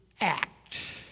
act